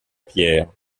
pierre